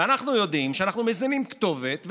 ואנחנו יודעים שאנחנו מזינים כתובת ונוסעים,